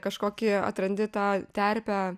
kažkokį atrandi tą terpę